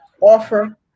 offer